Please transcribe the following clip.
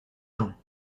gens